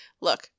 Look